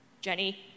Jenny